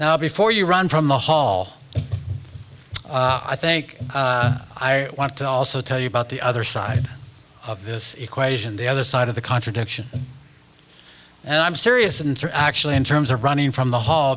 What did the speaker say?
now before you run from the hall i think i want to also tell you about the other side of this equation the other side of the contradiction and i'm serious in actually in terms of running from the hall